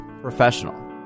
professional